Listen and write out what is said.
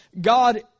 God